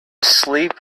sleep